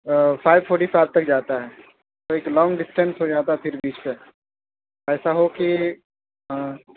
five forty سات تک جاتا ہے تو ایک لانگ ڈیسٹینس ہو جاتا ہے پھر بیچ پہ ایسا ہو کہ ہاں